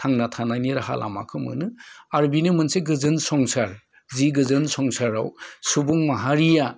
थांना थानायनि राहा लामाखौ मोनो आरो बिनो मोनसे गोजोन संसार जि गोजोन संसाराव सुबुं माहारिया